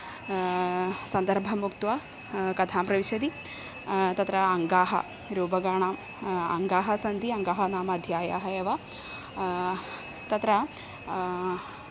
सन्दर्भम् उक्त्वा कथां प्रविशति तत्र अङ्गाः रूपकाणाम् अङ्गाः सन्ति अङ्गाः नाम अध्यायाः एव तत्र